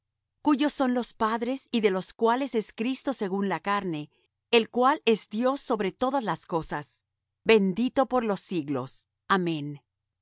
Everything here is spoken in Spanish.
cuyos son los padres y de los cuales es cristo según la carne el cual es dios sobre todas las cosas bendito por los siglos amén